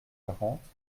quarante